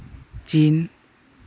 ᱪᱤᱱ